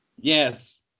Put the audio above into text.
Yes